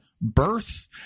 birth